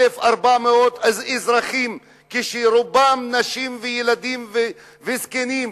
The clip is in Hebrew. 1,400 אזרחים, רובם נשים וילדים וזקנים.